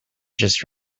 just